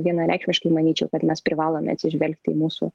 vienareikšmiškai manyčiau kad mes privalome atsižvelgti į mūsų